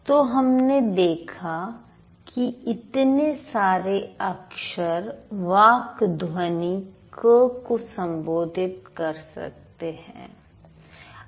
तो हमने देखा कि इतने सारे अक्षर वाक् ध्वनि क को संबोधित कर सकते हैं